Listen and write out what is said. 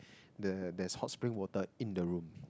the there's hot spring water in the room